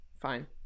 fine